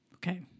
Okay